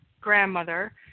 grandmother